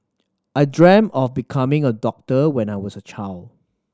I dreamt of becoming a doctor when I was a child